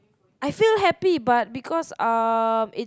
I feel happy but because um it's